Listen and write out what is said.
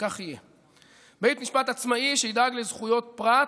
וכך יהיה, בית משפט עצמאי שידאג לזכויות פרט,